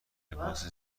لباس